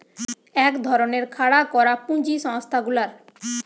এক ধরণের খাড়া করা পুঁজি সংস্থা গুলার